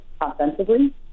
offensively